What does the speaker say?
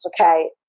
Okay